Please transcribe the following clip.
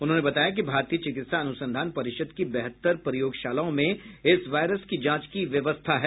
उन्होंने बताया कि भारतीय चिकित्सा अनुसंधान परिषद की बहत्तर प्रयोगशालाओं में इस वायरस की जांच की व्यवस्था है